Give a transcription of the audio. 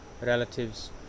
relatives